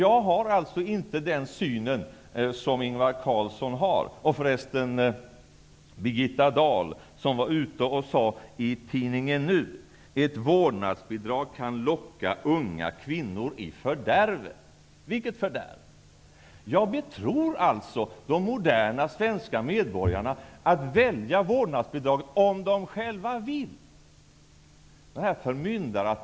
Jag har inte den syn som Ingvar Carlsson har, och som förresten Birgitta Dahl också gett uttryck för i tidningen Nu, att ett vårdnadsbidrag kan locka unga kvinnor i fördärvet. Vilket fördärv? Jag betror de moderna svenska medborgarna att välja vårdnadsbidrag, om de själva vill det.